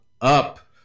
up